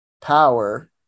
power